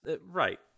right